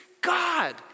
God